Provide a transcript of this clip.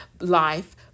life